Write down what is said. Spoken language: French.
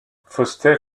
foster